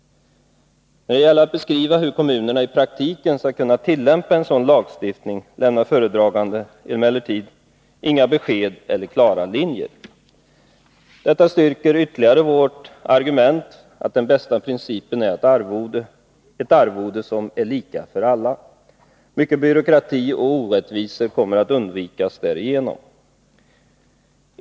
När det gäller att beskriva hur kommunerna i praktiken skall kunna tillämpa en sådan lagstiftning lämnar föredraganden dem emellertid inga besked och anger inga klara linjer. Detta styrker ytterligare vårt argument, att den bästa principen är ett arvode som är lika för alla. Mycket byråkrati och orättvisor kommer därigenom att undvikas.